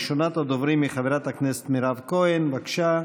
ראשונת הדוברים היא חברת הכנסת מירב כהן, בבקשה.